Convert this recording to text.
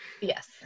Yes